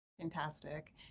Fantastic